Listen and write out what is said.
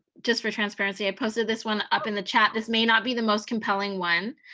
just for transparency, i posted this one up in the chat, this may not be the most compelling one.